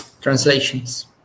translations